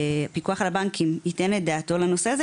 שהפיקוח על הבנקים ייתן את דעתו על הנושא הזה.